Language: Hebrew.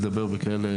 כלכלית.